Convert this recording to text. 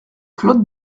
claude